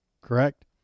correct